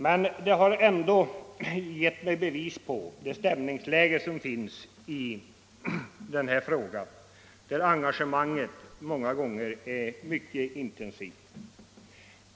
Men det har ändå gett mig bevis på stämningsläget i den här frågan, där engagemanget många gånger är mycket intensivt.